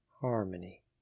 harmony